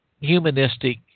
humanistic